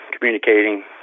communicating